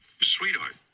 Sweetheart